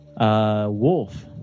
Wolf